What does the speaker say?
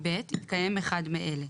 התקיים אחד מאלה: